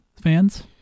fans